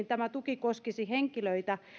tämä tuki koskisi henkilöitä